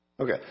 Okay